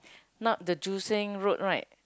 not the joo seng road right